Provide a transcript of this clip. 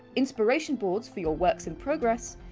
inspiration boards for your works in progress,